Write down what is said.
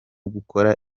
gukora